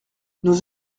nous